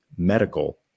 medical